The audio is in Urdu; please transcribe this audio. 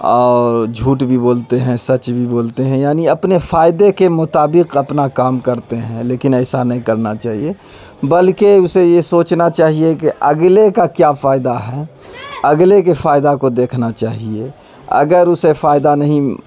اور جھوٹ بھی بولتے ہیں سچ بھی بولتے ہیں یعنی اپنے فائدے کے مطابق اپنا کام کرتے ہیں لیکن ایسا نہیں کرنا چاہیے بلکہ اسے یہ سوچنا چاہیے کہ اگلے کا کیا فائدہ ہے اگلے کے فائدہ کو دیکھنا چاہیے اگر اسے فائدہ نہیں